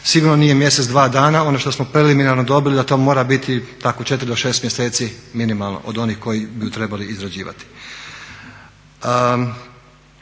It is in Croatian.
sigurno nije mjesec, dva dana. Ono što smo preliminarno dobili da to mora biti tako 4 do 6 mjeseci minimalno od onih koji bi je trebali izrađivati.